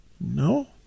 No